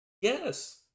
Yes